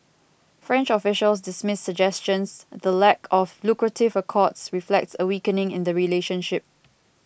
french officials dismiss suggestions the lack of lucrative accords reflects a weakening in the relationship